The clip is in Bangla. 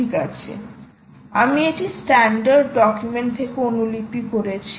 ঠিক আছে আমি এটি স্ট্যান্ডার্ড ডকুমেন্ট থেকে অনুলিপি করেছি